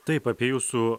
taip apie jūsų